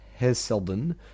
Heselden